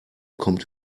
kommt